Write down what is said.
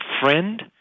friend